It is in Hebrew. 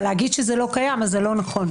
אבל להגיד שזה לא קיים זה לא נכון.